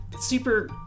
super